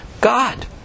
God